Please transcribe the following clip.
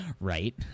Right